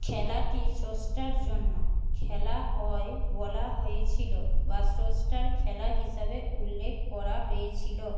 খেলাটি স্রষ্টার জন্য খেলা হয় বলা হয়েছিল বা স্রষ্টার খেলা হিসাবে উল্লেখ করা হয়েছিল